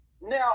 Now